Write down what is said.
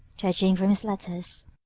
judging from his letters,